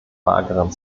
mageren